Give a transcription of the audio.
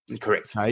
Correct